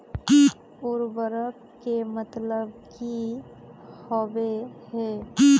उर्वरक के मतलब की होबे है?